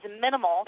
minimal